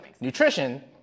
Nutrition